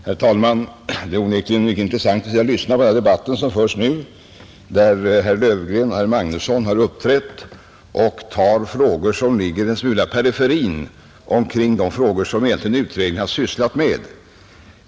Herr talman! Det är onekligen mycket intressant att lyssna på den debatt som förs nu. Herr Löfgren och herr Magnusson i Borås har tagit upp frågor som ligger i periferin av vad utredningen egentligen har sysslat med.